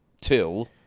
till